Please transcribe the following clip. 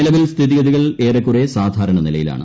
നിലവിൽ സ്ഥിതിഗതികൾ ഏറെക്കുറെ സാധാരണ നിലയിലാണ്